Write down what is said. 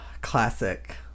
Classic